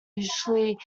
usually